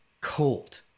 cold